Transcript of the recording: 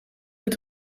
het